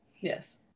Yes